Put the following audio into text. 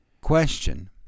Question